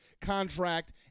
contract